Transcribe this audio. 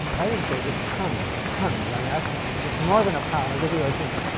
i didn't say its tons, tons. i'm asking it's more than a pound i'll give you a hint,